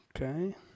Okay